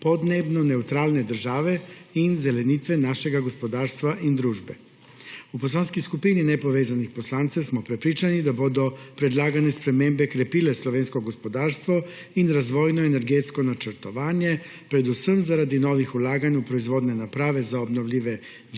podnebno nevtralne države in zelenitve našega gospodarstva in družbe. V Poslanski skupini nepovezanih poslancev smo prepričani, da bodo predlagane spremembe krepile slovensko gospodarstvo in razvojno energetsko načrtovanje predvsem zaradi novih vlaganj v proizvodne naprave za obnovljive vire